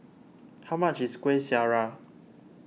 how much is Kueh Syara